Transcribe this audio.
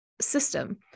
system